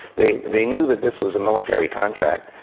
they they knew that this was a military contract.